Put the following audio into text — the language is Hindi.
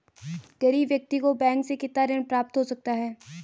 गरीब व्यक्ति को बैंक से कितना ऋण प्राप्त हो सकता है?